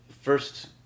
first